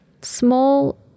Small